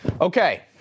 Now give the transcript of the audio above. Okay